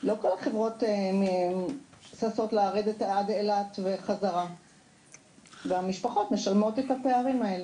לא כל החברות ששות לרדת עד אילת וחזרה והמשפחות משלמות את הפערים האלה.